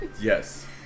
Yes